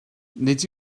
nid